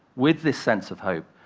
with this sense of hope,